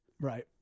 Right